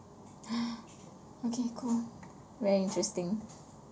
!huh! okay cool very interesting